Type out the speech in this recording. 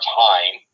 time